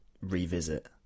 revisit